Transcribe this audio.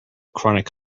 chronic